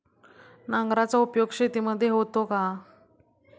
नांगराचा उपयोग शेतीमध्ये होतो का?